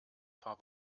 paar